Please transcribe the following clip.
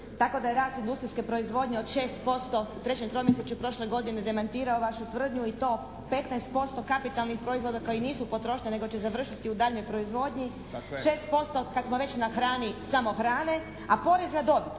tako da je rast industrijske proizvodnje od 6% u trećem tromjesečju prošle godine demantirao vašu tvrdnju i to 15% kapitalnih proizvoda koji nisu potrošnja nego će završiti u daljnjoj proizvodnji, 6% kad smo već na hrani samo hrane, a porez na dobit